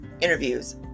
interviews